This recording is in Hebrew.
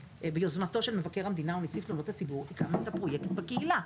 ביוזמתו של מבקר המדינה ונציב תלונות הציבור הקמנו את הפרויקט בקהילה.